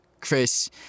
Chris